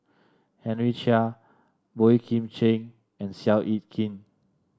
Henry Chia Boey Kim Cheng and Seow Yit Kin